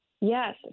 Yes